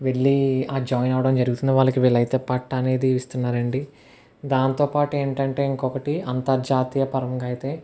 వెళ్ళి జాయిన్ అవడం జరుగుతుంది వాళ్ళకి వీలైతే పట్టా అనేది ఇస్తున్నారండి దానితో పాటు ఏంటంటే ఇంకొకటి అంతర్జాతీయ పరంగా అయితే